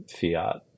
fiat